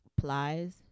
plies